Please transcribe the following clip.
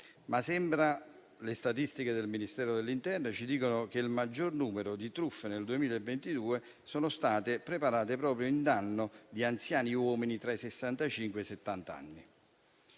Sempre le statistiche del Ministero dell'interno ci dicono che il maggior numero di truffe nel 2022 è stato perpetrato proprio in danno di anziani uomini tra i sessantacinque